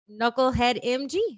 knuckleheadmg